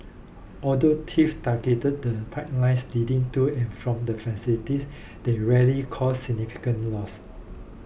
although thieves targeted the pipelines leading to and from the facilities they rarely caused significant loss